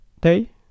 day